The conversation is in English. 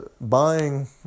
buying